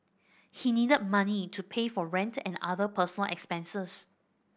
he needed money to pay for rent and other personal expenses